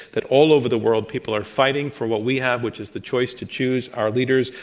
that all over the world people are fighting for what we have, which is the choice to choose our leaders,